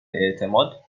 اعتماد